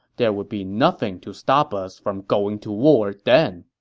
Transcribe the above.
there would be nothing to stop us from going to war then.